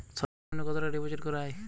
সর্ব নিম্ন কতটাকা ডিপোজিট করা য়ায়?